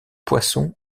poisson